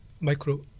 micro